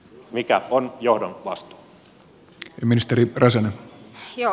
mikä on johdon vastuu